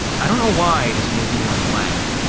i don't know why this made me want to laugh.